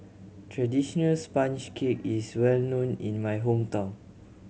traditional sponge cake is well known in my hometown